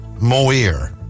Moir